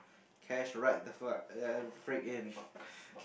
cash right the fuck freak in